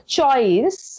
choice